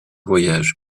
voyage